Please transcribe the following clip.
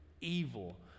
evil